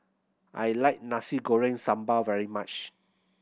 I like Nasi Goreng Sambal very much